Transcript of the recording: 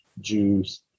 Jews